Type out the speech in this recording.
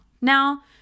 Now